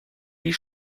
die